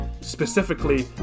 specifically